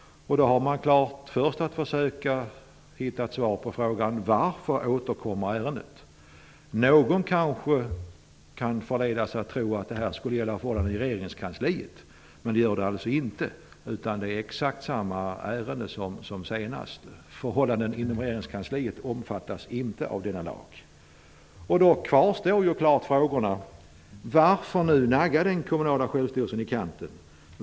Då har man först att försöka hitta ett svar på frågan: Varför återkommer ärendet? Någon kanske kan förledas att tro att det här skulle gälla förhållanden i regeringskansliet. Men det gör det alltså inte. Det är exakt samma ärende som senast. Förhållandena inom regeringskansliet omfattas inte av denna lag. Då kvarstår frågorna: Varför nu nagga den kommunala självstyrelsen i kanten?